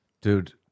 Dude